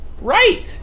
Right